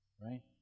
Right